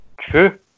true